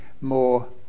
more